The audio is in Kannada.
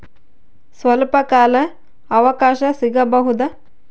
ಸ್ವಲ್ಪ ಕಾಲ ಅವಕಾಶ ಸಿಗಬಹುದಾ?